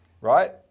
right